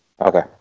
Okay